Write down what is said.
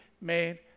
made